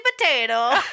potato